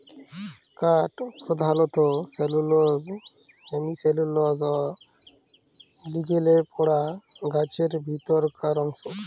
কাঠ পরধালত cellulose, hemicellulose অ লিগলিলে গড়া গাহাচের ভিতরকার অংশ